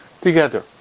Together